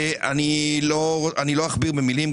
אני לא אכביר מילים,